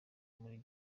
muri